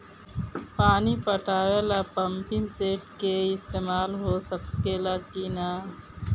पानी पटावे ल पामपी सेट के ईसतमाल हो सकेला कि ना?